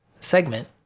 segment